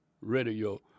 radio